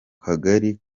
kagari